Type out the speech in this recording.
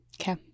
Okay